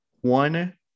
one